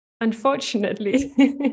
unfortunately